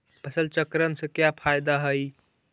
फसल चक्रण से का फ़ायदा हई?